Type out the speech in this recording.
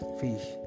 fish